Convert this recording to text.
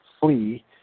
flee